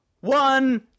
one